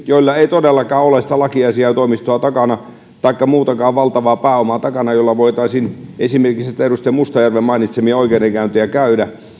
joilla ei todellakaan ole sitä lakiasiantoimistoa takana taikka muutenkaan valtavaa pääomaa takana jolla voitaisiin esimerkiksi niitä edustaja mustajärven mainitsemia oikeudenkäyntejä käydä